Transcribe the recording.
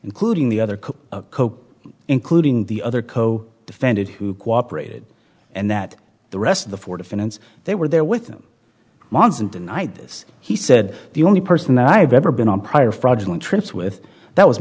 including the other cook including the other co defended who cooperated and that the rest of the four defendants they were there with him monson tonight this he said the only person that i have ever been on prior fraudulent trips with that was